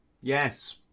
Yes